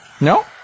No